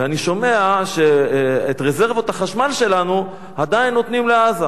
ואני שומע שאת רזרבות החשמל שלנו עדיין נותנים לעזה.